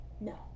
No